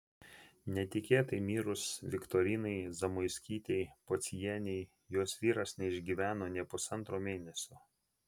netikėtai mirus viktorinai zamoiskytei pociejienei jos vyras neišgyveno nė pusantro mėnesio